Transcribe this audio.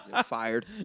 Fired